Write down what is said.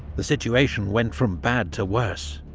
the situation went from bad to worse.